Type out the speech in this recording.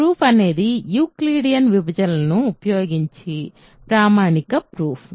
proof అనేది Euclidean విభజనలను ఉపయోగించి ప్రామాణిక ప్రూఫ్